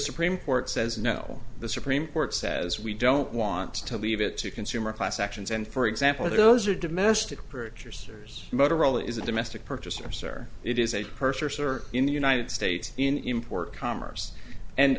supreme court says no the supreme court says we don't want to leave it to consumer class actions and for example those are domestic purchasers motorola is a domestic purchaser it is a purchaser in the united states in import commerce and